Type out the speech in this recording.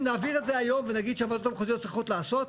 אם נעביר את זה היום ונגיד שהוועדות המחוזיות צריכות לעשות,